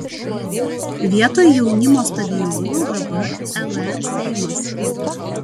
vietoj jaunimo stadiono dabar lr seimas